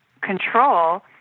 control